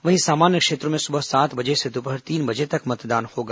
वहीं सामान्य क्षेत्रों में सुबह सात बजे से दोपहर तीन बजे तक मतदान होगा